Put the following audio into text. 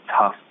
tough